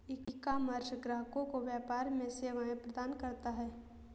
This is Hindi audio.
ईकॉमर्स ग्राहकों को व्यापार में सेवाएं प्रदान करता है